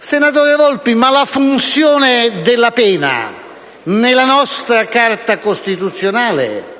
Senatore Volpi, la funzione della pena nella nostra Carta costituzionale